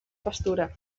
pastura